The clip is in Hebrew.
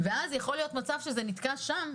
ואז יכול להיות שזה נתקע שם.